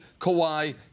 Kawhi